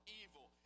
evil